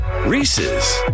Reese's